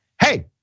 hey